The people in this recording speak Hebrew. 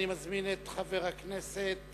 אני מזמין את חבר הכנסת